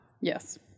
yes